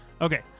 Okay